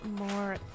more